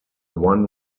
one